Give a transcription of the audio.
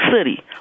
city